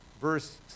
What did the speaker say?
verse